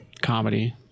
comedy